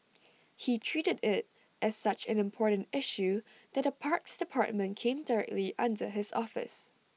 he treated IT as such an important issue that the parks department came directly under his office